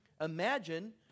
imagine